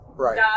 right